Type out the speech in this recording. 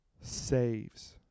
saves